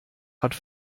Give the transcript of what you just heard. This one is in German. hat